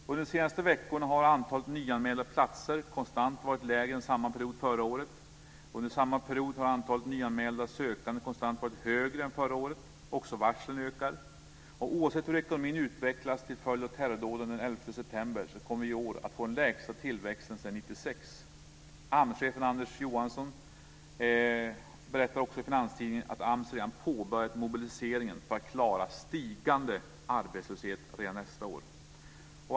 Under de senaste veckorna har antalet nyanmälda platser konstant varit lägre än samma period förra året. Under samma period har antalet nyanmälda sökande konstant varit högre än förra året. Även varslen ökar. Oavsett hur ekonomin utvecklas till följd av terrordåden den 11 september kommer vi år att få den lägsta tillväxten sedan 1996. AMS-chefen Anders Johansson berättar också i Finanstidningen att AMS redan påbörjat mobiliseringen för att klara en stigande arbetslöshet redan nästa år.